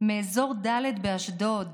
מאזור ד' באשדוד,